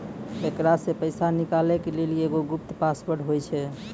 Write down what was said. एकरा से पैसा निकालै के लेली एगो गुप्त पासवर्ड होय छै